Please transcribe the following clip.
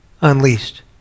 unleashed